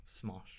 smosh